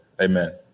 Amen